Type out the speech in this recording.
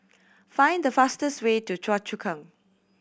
find the fastest way to Choa Chu Kang